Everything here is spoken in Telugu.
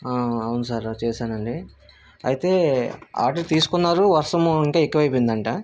అవును సార్ చేశానండి అయితే ఆర్డర్ తీసుకున్నారు వర్షం ఇంకా ఎక్కువ అయిపోయిందంట